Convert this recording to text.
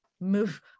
Move